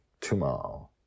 tomorrow